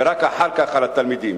ורק אחר כך על התלמידים.